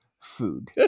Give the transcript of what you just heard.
Food